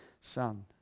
son